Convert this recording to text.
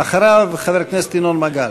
אחריו, חבר הכנסת ינון מגל.